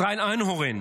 ישראל איינהורן,